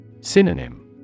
Synonym